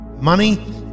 Money